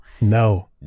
No